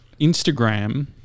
Instagram